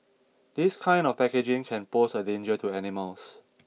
this kind of packaging can pose a danger to animals